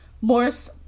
Morse